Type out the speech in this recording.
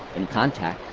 in contact,